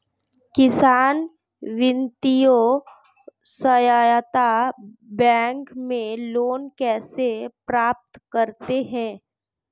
किसान वित्तीय सहायता बैंक से लोंन कैसे प्राप्त करते हैं?